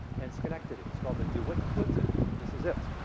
and schenectady. it's called the dewitt clinton. this is it.